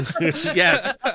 Yes